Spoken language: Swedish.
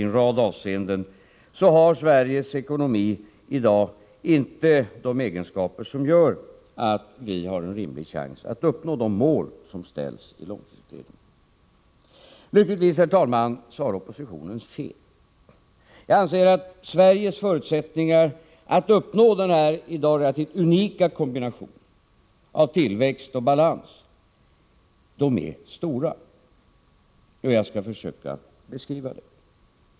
Enligt dem har Sveriges ekonomi i dag i en rad avseenden inte de egenskaper som gör att vi har en rimlig chans att uppnå de mål som långtidsutredningen satt upp. Lyckligtvis, herr talman, har oppositionen fel. Jag anser att Sveriges förutsättningar att uppnå denna relativt unika kombination av tillväxt och balans är stora. Jag skall försöka beskriva dem.